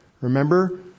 remember